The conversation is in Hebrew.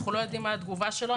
אנחנו לא יודעים מה התגובה שלו,